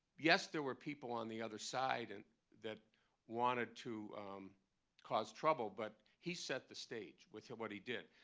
yes, there were people on the other side and that wanted to cause trouble. but he set the stage with what he did.